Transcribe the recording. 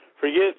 forget